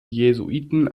jesuiten